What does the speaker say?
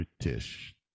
British